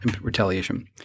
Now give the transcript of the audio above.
retaliation